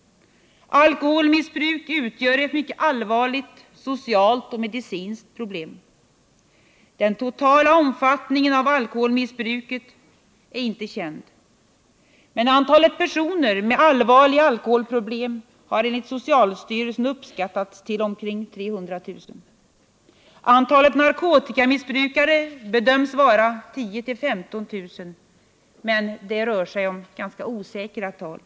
Alkoholmissbruk utgör ett mycket allvarligt socialt och medicinskt problem. Den totala omfattningen av alkoholmissbruket är inte känd. Men antalet personer med allvarliga alkoholproblem har enligt socialstyrelsen uppskattats till omkring 300 000. Antalet narkotikamissbrukare bedöms vara 10 000-15 000, men det rör sig om ganska osäkra tal.